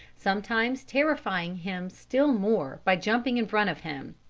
sometimes terrifying him still more by jumping in front of him.